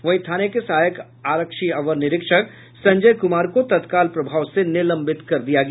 वहीं थाने के सहायक आरक्षी अवर निरीक्षक संजय कुमार को तत्काल प्रभाव से निलंबित कर दिया गया